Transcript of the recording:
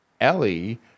Ellie